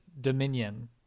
Dominion